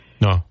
No